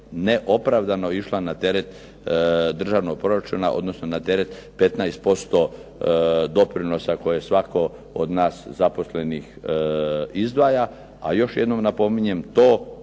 neopravdano išla na teret državnog proračuna odnosno na teret 15% doprinosa koje svatko od nas zaposlenih izdvaja. A još jednom napominjem to,